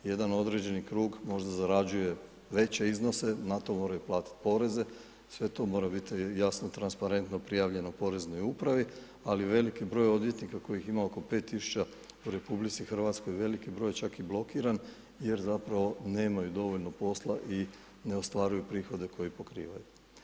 Jedan određeni krug možda zarađuje veće iznose, na to moraju platiti poreze, sve to mora biti jasno transparentno, prijavljeno poreznoj upravi ali veliki broj odvjetnika kojih ima oko 5000 u RH, velik broj je čak i blokiran jer zapravo nemaju dovoljno posla i ne ostvaruju prihode koje pokrivaju.